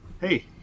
hey